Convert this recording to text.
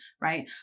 right